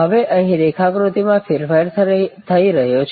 હવે અહીં રેખાકૃતિ માં ફેરફાર થઈ રહ્યો છે